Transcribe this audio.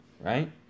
right